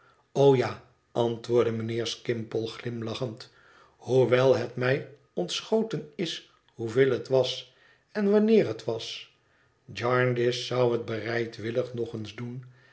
ja antwoordde mijnheer skimpole glimlachend hoewel het mij ontschoten is hoeveel het was en wanneer het was jarndyce zou het bereidwillig nog eens doen